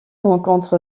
rencontre